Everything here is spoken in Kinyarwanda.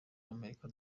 w’amerika